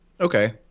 Okay